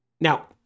Now